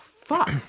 fuck